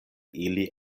ili